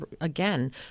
again